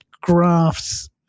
graphs